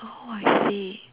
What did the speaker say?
oh I see